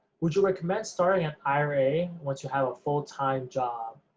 would you recommend starting an ira once you have a full-time job,